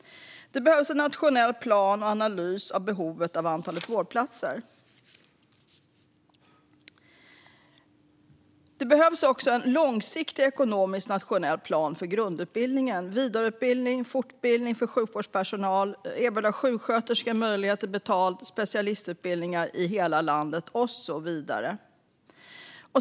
Det behövs en nationell plan och analys av behovet av antalet vårdplatser. Det behövs också en långsiktig ekonomisk nationell plan för grundutbildning, vidareutbildning och fortbildning för sjukvårdspersonal, till exempel att erbjuda sjuksköterskor möjlighet till betalda specialistutbildningar i hela landet. Och så vidare.